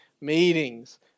meetings